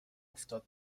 افتاد